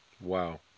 Wow